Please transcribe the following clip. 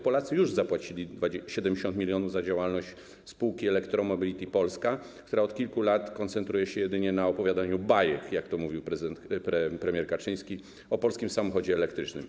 Polacy już zapłacili 70 mln zł za działalność spółki ElectroMobility Poland, która od kilku lat koncentruje się jedynie na opowiadaniu bajek - jak to mówił premier Kaczyński o polskim samochodzie elektrycznym